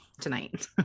tonight